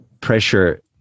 pressure